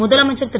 முதலமைச்சர் திரு